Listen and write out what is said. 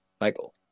Michael